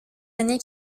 années